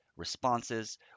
responses